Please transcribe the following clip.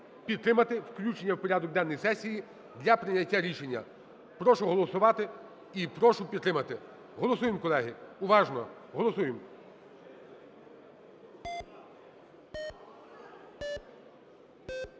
підтримати включення у порядок денний сесії для прийняття рішення. Прошу голосувати і прошу підтримати. Голосуємо, колеги! Уважно! Голосуємо.